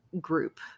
group